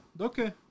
Okay